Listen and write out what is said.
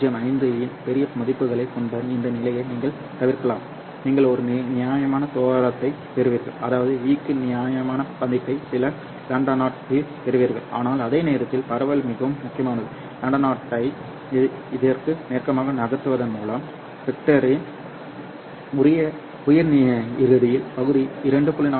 405 இன் பெரிய மதிப்புகளைக் கொண்ட இந்த நிலையை நீங்கள் தவிர்க்கலாம் நீங்கள் ஒரு நியாயமான தோராயத்தைப் பெறுவீர்கள் அதாவது V க்கு நியாயமான மதிப்பை சில λ0 இல் பெறுவீர்கள் ஆனால் அதே நேரத்தில் பரவல் மிகவும் முக்கியமானது λ0 ஐ இதற்கு நெருக்கமாக நகர்த்துவதன் மூலம் ஸ்பெக்ட்ரலின் உயர் இறுதியில் பகுதியை 2